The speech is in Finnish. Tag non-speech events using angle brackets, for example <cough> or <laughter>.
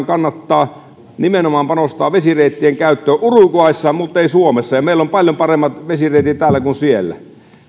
<unintelligible> kannattaa nimenomaan panostaa vesireittien käyttöön uruguayssa muttei suomessa vaikka meillä on paljon paremmat vesireitit täällä kuin siellä siellä